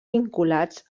vinculats